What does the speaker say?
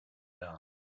down